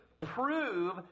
prove